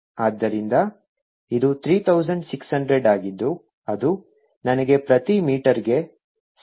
ಆದ್ದರಿಂದ ಇದು 3600 ಆಗಿದ್ದು ಅದು ನನಗೆ ಪ್ರತಿ ಮೀಟರ್ಗೆ 60 ವೋಲ್ಟ್ಗಳನ್ನು ನೀಡುತ್ತದೆ